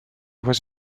was